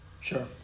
Sure